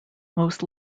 most